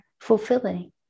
fulfilling